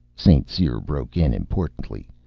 st. cyr broke in importantly,